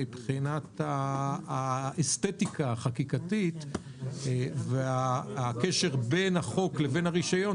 מבחינת האסתטיקה של החקיקה והקשר בין החוק לבין הרישיון,